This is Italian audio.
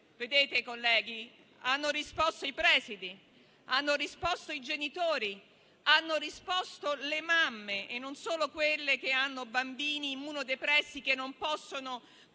colleghi, hanno risposto i presidi, hanno risposto i genitori, le mamme, e non solo quelle che hanno bambini immunodepressi che non possono